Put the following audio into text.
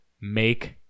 make